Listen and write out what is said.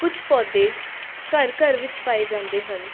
ਕੁਝ ਪੌਦੇ ਘਰ ਘਰ ਵਿੱਚ ਪਾਏ ਜਾਂਦੇ ਹਨ